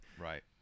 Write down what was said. right